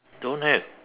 don't have